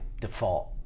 default